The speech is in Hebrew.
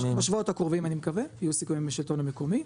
בשבועות הקרובים אני מקווה יהיו סיכומים עם השלטון המקומי,